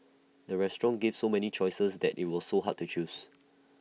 the restaurant gave so many choices that IT was so hard to choose